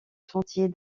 sentier